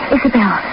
Isabel